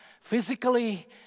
physically